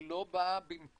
היא לא באה במקום.